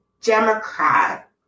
Democrat